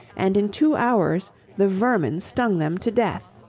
and in two hours the vermin stung them to death.